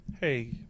Hey